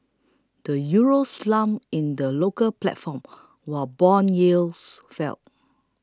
the euro slumped in the local platform while bond yields fell